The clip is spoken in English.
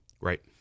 Right